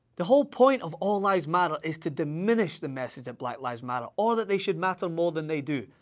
the whole point of all lives matter is to diminish the message of black lives matter, or that they should matter more than they do.